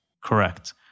Correct